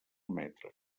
metre